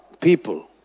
people